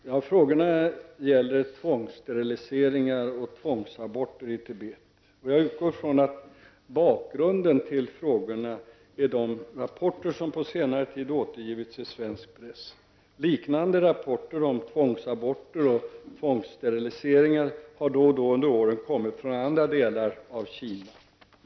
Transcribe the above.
Herr talman! Ylva Annerstedt och Inger Koch har ställt varsin fråga till mig om tvångssteriliseringar och tvångsaborter i Tibet och vilka åtgärder regeringen avser vidta med anledning av dessa. Jag avser besvara frågorna i ett sammanhang. Jag utgår från att bakgrunden till frågorna är de rapporter som på senare tid återgivits i svensk press. Liknande rapporter om tvångsaborter och tvångssteriliseringar har då och då under året kommit från andra delar av Kina.